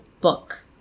book